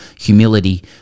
humility